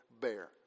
bear